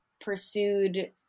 pursued